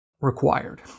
required